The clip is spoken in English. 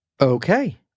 Okay